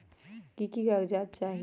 की की कागज़ात चाही?